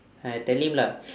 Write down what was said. then I tell him lah